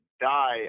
die